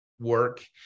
work